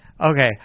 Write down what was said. okay